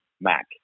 mac